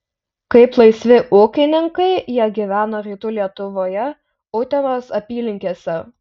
kaip laisvi ūkininkai jie gyveno rytų lietuvoje utenos apylinkėse